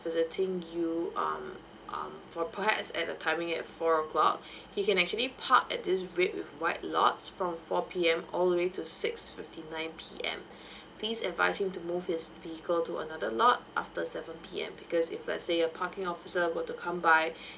visiting you um um for perhaps at a timing at four o'clock he can actually park at these red with white lots from four P_M all the way to six fifty nine P_M please advise him to move his vehicle to another lot after seven P_M because if let's say a parking officer were to come by